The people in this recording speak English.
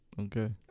Okay